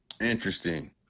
Interesting